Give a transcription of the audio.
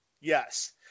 Yes